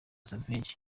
savage